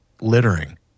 littering